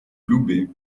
loubet